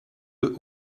eux